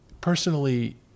Personally